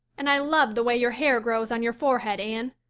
and i love the way your hair grows on your forehead, anne.